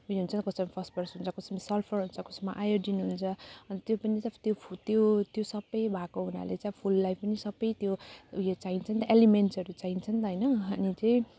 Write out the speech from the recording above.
उयो हुन्छ कसैमा फरफरस हुन्छ कसैमा सल्फर हुन्छ कसैमा आयोडिन हुन्छ अनि त्यो पनि त फ त्यो त्यो सबै भएको हुनाले चाहिँ फुललाई पनि सबै त्यो उयो चाहिन्छ नि त एलिमेन्टसहरू चाहिन्छ नि त होइन अनि चाहिँ